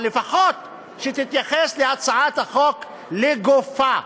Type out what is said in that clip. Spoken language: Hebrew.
אבל לפחות שתתייחס להצעת החוק גופה.